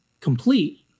complete